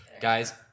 guys